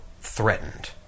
threatened